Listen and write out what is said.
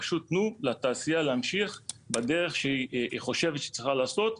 פשוט תנו לתעשייה להמשיך בדרך שהיא חושבת שהיא צריכה לעשות.